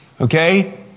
Okay